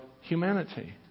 humanity